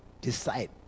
decide